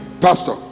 pastor